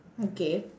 okay